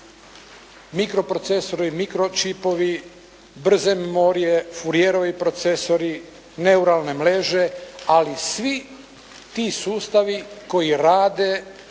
mikroprocesori, mikročipovi, brze memorije, furirovi procesori, neuralne mreže, ali svi ti sustavi koji rade